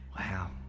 Wow